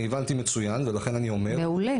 אני הבנתי מצוין ולכן אני אומר --- מעולה,